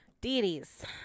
Deities